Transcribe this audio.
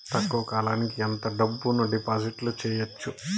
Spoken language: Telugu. తక్కువ కాలానికి ఎంత డబ్బును డిపాజిట్లు చేయొచ్చు?